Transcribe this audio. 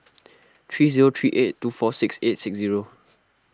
three zero three eight two four six eight six zero